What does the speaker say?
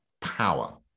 power